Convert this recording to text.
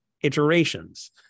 iterations